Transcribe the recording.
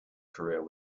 career